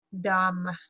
Dumb